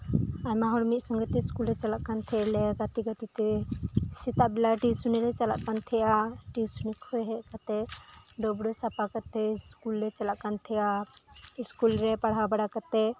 ᱟᱭᱢᱟᱦᱚᱲ ᱢᱤᱫᱥᱚᱸᱜᱮᱛᱮ ᱤᱥᱠᱩᱞ ᱞᱮᱪᱟᱞᱟᱜ ᱠᱟᱱᱛᱟᱦᱮᱱᱟᱞᱮ ᱜᱟᱛᱤ ᱜᱟᱛᱤ ᱛᱮ ᱥᱮᱛᱟᱜ ᱵᱮᱲᱟ ᱴᱤᱭᱩᱥᱚᱱᱞᱮ ᱪᱟᱞᱟᱜ ᱠᱟᱱ ᱛᱟᱦᱮᱱᱟ ᱴᱤᱭᱩᱥᱚᱱᱤ ᱠᱷᱚᱱ ᱦᱮᱡ ᱠᱟᱛᱮᱫ ᱰᱟᱹᱵᱨᱟᱹ ᱥᱟᱯᱷᱟ ᱠᱟᱛᱮᱫ ᱤᱥᱠᱩᱞ ᱞᱮ ᱪᱟᱞᱟᱜ ᱠᱟᱱ ᱛᱟᱦᱮᱱᱟ ᱤᱥᱠᱩᱞ ᱨᱮ ᱯᱟᱲᱦᱟᱣ ᱵᱟᱲᱟ ᱠᱟᱛᱮᱫ